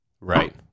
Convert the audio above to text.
Right